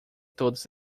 todas